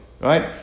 right